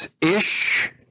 ish